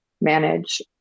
manage